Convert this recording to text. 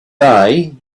day